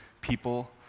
people